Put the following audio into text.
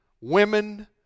women